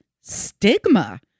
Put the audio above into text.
stigma